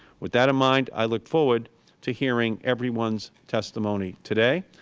with that in mind, i look forward to hearing everyone's testimony today.